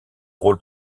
rôle